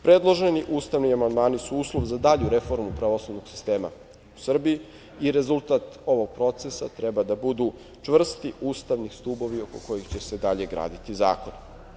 Predloženi ustavni amandmani su uslov za dalju reformu pravosudnog sistema u Srbiji i rezultat ovog procesa treba da budu čvrsti ustavni stubovi oko kojih će se dalje graditi zakoni.